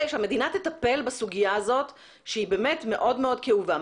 שהמדינה תטפל בסוגיה המאוד מאוד כאובה הזו.